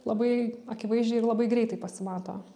labai akivaizdžiai ir labai greitai pasimato